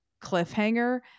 cliffhanger